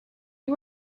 you